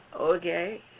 okay